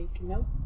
nope